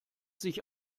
sich